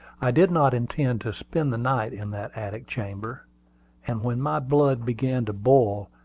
i did not intend to spend the night in that attic chamber and when my blood began to boil,